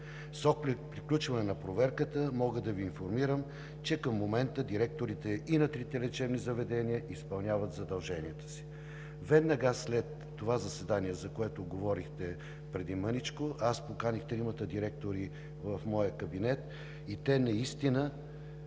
След приключване на проверката мога да Ви информирам, че към момента директорите и на трите лечебни заведения изпълняват задълженията си. Веднага след това заседание, за което говорихте преди малко, аз поканих тримата директори в моя кабинет. Те наистина